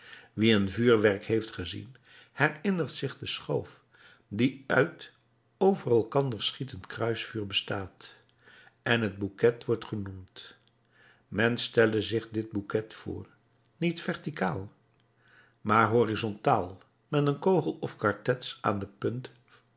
wie een vuurwerk heeft gezien herinnert zich de schoof die uit over elkander schietend kruisvuur bestaat en het bouquet wordt genoemd men stelle zich dit bouquet voor niet verticaal maar horizontaal met een kogel of kartets aan de punt